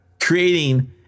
creating